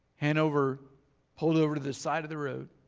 hanover pulled over to the side of the road.